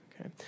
Okay